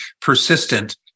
persistent